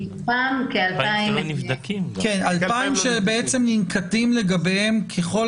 מתוכם כ-2,000 --- 2,000 שבעצם ננקטים לגביהם ככל